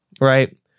right